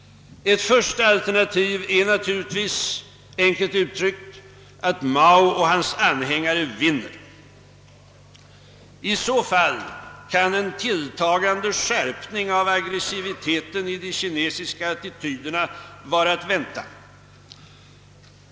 Ett första alternativ är naturligtvis, enkelt uttryckt, att Mao och hans anhängare vinner. I så fall kan en tilltagande skärpning av aggressiviteten i de kinesiska attityderna vara att vänta.